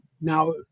now